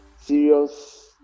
serious